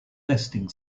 nesting